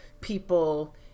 people